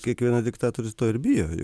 kiekvienas diktatorius to ir bijo